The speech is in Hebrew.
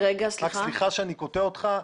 סליחה שאני קוטע אותך.